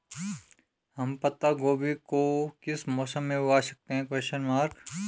हम पत्ता गोभी को किस मौसम में उगा सकते हैं?